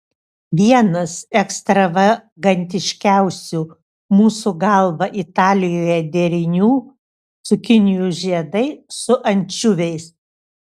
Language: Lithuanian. vienas ekstravagantiškiausių mūsų galva italijoje derinių cukinijų žiedai su ančiuviais